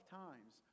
times